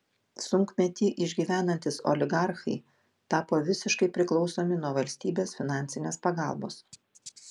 sunkmetį išgyvenantys oligarchai tapo visiškai priklausomi nuo valstybės finansinės pagalbos